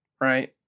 right